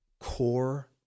core